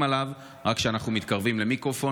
עליו רק כשאנחנו מתקרבים למיקרופון,